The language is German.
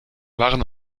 waren